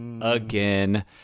again